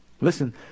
Listen